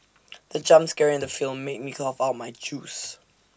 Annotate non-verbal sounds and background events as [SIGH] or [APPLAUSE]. [NOISE] the jump scare in the film made me cough out my juice